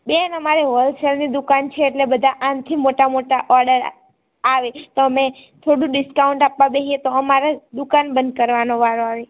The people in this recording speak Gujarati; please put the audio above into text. બેન અમારે હોલસેલની દુકાન છે એટલે બધા આનાથી મોટા મોટા ઓર્ડર આવે તો અમે થોડું ડિસ્કાઉન્ટ આપવા બેસીએ તો અમારે દુકાન બંધ કરવાનો વારો આવે